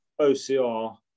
ocr